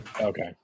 Okay